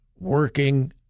working